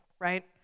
right